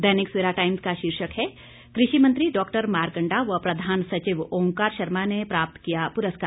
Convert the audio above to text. दैनिक Savera Times का शीर्षक है कृषि मंत्री डॉक्टर मारकंडा व प्रधान सचिव ओंकार शर्मा ने प्राप्त किया पुरस्कार